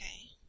okay